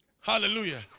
Hallelujah